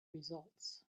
results